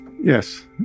Yes